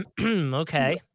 Okay